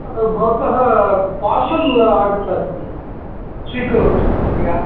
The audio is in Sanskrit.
भवतः पार्सल् आगतः अस्ति स्वीकरोतु कृपया